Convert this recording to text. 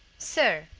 sir,